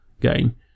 game